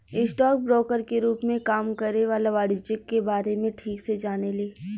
stock broker के रूप में काम करे वाला वाणिज्यिक के बारे में ठीक से जाने ले